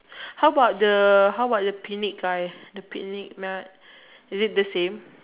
how about the how about the picnic guy the picnic mat is it the same